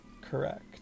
Correct